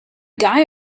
guy